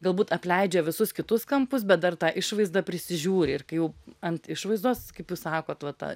galbūt apleidžia visus kitus kampus bet dar tą išvaizdą prisižiūri ir kai jau ant išvaizdos kaip jūs sakot va tą